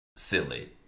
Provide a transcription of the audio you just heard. Silly